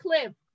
clip